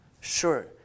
sure